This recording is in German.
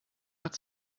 hat